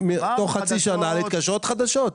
מתוך חצי שנה על התקשרויות חדשות.